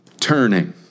turning